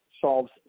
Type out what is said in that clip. solves